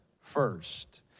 first